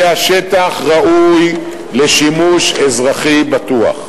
יהא השטח ראוי לשימוש אזרחי בטוח.